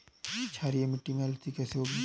क्षारीय मिट्टी में अलसी कैसे होगी?